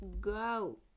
go